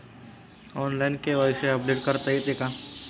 Online KYC update करता येते का?